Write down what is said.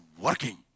working